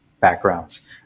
backgrounds